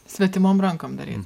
svetimom rankom daryti